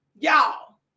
y'all